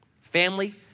Family